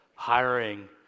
hiring